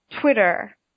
Twitter